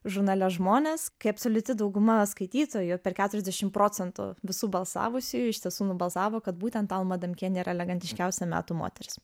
žurnale žmonės kai absoliuti dauguma skaitytojų per keturiasdešim procentų visų balsavusiųjų iš tiesų nubalsavo kad būtent alma adamkienė yra elegantiškiausia metų moteris